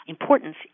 importance